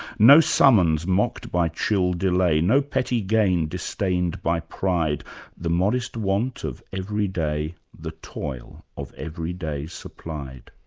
no summons mocked by chill delay no petty gain disdained by pride the modest want of every day the toil of every day supplied.